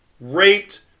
raped